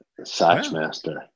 Sachmaster